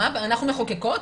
אנחנו מחוקקות,